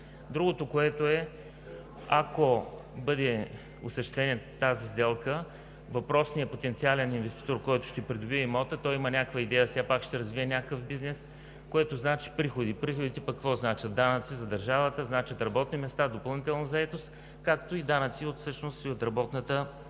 Другото, което е, ако бъде осъществена тази сделка, въпросният потенциален инвеститор, който ще придобие имота, има някаква идея, все пак ще развие някакъв бизнес, което значи приходи. Приходите пък какво значат? – Данъци за държавата, значат работни места, допълнителна заетост, както и данъци и от работната ръка.